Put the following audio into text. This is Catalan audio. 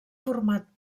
format